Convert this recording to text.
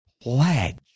pledge